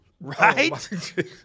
Right